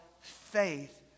faith